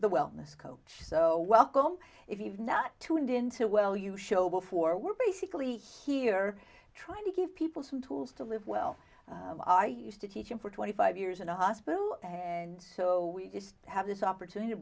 the wellness coach so welcome if you've not tuned into well you show before we're basically here trying to give people some tools to live well i used to teach him for twenty five years in the hospital and so we just have this opportunity to